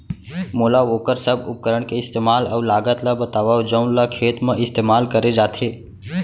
मोला वोकर सब उपकरण के इस्तेमाल अऊ लागत ल बतावव जउन ल खेत म इस्तेमाल करे जाथे?